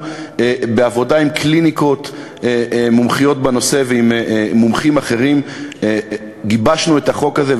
בעבודה עם קליניקות מומחיות בנושא ועם מומחים אחרים גיבשנו את החוק הזה,